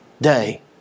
day